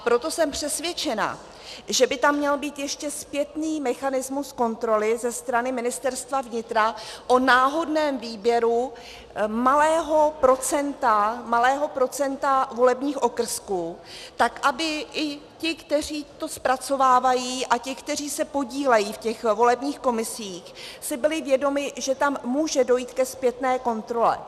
Proto jsem přesvědčena, že by tam měl být ještě zpětný mechanismus kontroly ze strany Ministerstva vnitra o náhodném výběru malého procenta volebních okrsků, tak aby i ti, kteří to zpracovávají, a ti, kteří se podílejí v těch volebních komisích, si byli vědomi, že tam může dojít ke zpětné kontrole.